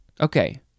Okay